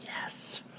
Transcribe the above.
yes